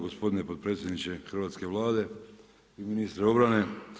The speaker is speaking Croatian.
Gospodine potpredsjedniče hrvatske Vlade i ministre obrane.